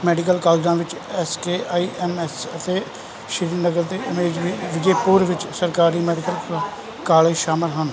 medical ਕਾਲਜਾਂ ਵਿੱਚ S K I M S ਅਤੇ ਸ਼੍ਰੀਨਗਰ ਅਤੇ ਏਮਜ਼ ਵਿਜੈਪੁਰ ਵਿੱਚ ਸਰਕਾਰੀ ਮੈਡੀਕਲ ਕਾਲਜ ਸ਼ਾਮਲ ਹਨ